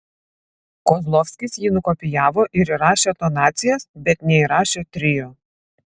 kozlovskis jį nukopijavo ir įrašė tonacijas bet neįrašė trio